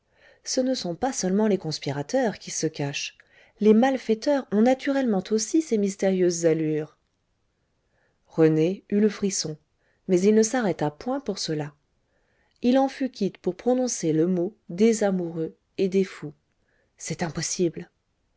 ce ne sont pas seulement les conspirateurs qui se cachent les malfaiteurs ont naturellement aussi ces mystérieuses allures rené eut le frisson mais il ne s'arrêta point pour cela il en fut quitte pour prononcer le mot des amoureux et des fous c'est impossible